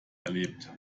erlebt